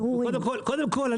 קודם כל,